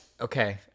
okay